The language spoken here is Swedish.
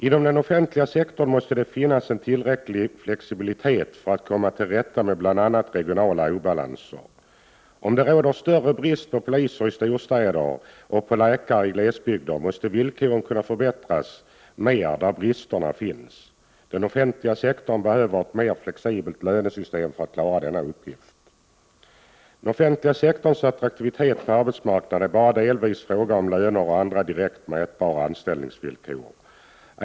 Inom den offentliga sektorn måste det finnas en tillräcklig flexibilitet för att komma till rätta med bl.a. regionala obalanser. Om det råder större brist på poliser i storstäder och på läkare i glesbygder, måste villkoren kunna förbättras mer där bristerna finns. Den offentliga sektorn behöver ett mer flexibelt lönesystem för att klara denna uppgift. Den offentliga sektorns attraktivitet på arbetsmarknaden är bara delvis en fråga om löner och andra direkt mätbara anställningsvillkor.